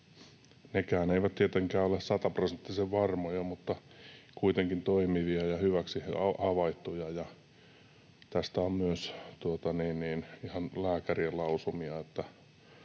eivät tietenkään ole sataprosenttisen varmoja, mutta kuitenkin toimivia ja hyväksi havaittuja. Tästä on myös ihan lääkärin lausumia,